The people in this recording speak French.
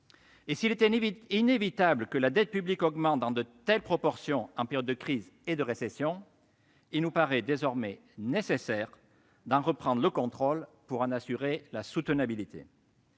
S'il est inévitable que la dette publique augmente dans de telles proportions en période de crise et de récession, il nous paraît désormais indispensable d'en reprendre le contrôle pour en assurer la soutenabilité.